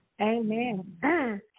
Amen